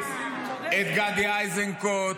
את גדי איזנקוט,